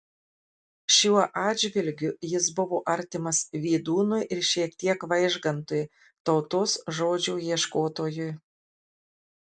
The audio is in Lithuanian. šiuo atžvilgiu jis buvo artimas vydūnui ir šiek tiek vaižgantui tautos žodžio ieškotojui